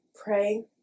pray